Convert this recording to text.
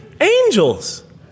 angels